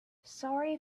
sorry